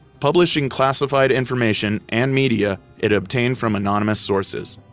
publishing classified information and media it obtained from anonymous sources.